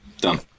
done